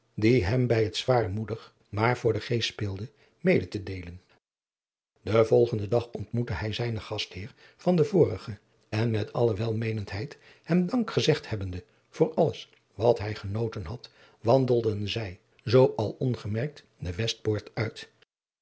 die hem bij het zwaarmoedig maar voor den geest fpeelde mede te deelen den volgenden dag ontmoette hij zijnen gastheer van den vorigen en met alle welmeenendheid hem dank gezegd hebbende voor alles wat hij genoten had wandelden zij zoo al ongemerkt de westpoort uit